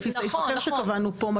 לפי סעיף אחר שקבענו פה,